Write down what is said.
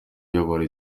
uyobora